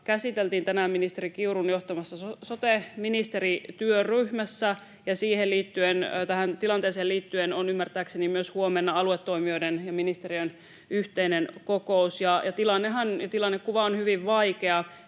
käsiteltiin tänään ministeri Kiurun johtamassa sote-ministerityöryhmässä, ja tähän tilanteeseen liittyen on ymmärtääkseni myös huomenna aluetoimijoiden ja ministeriön yhteinen kokous. Tilannekuvahan on hyvin vaikea.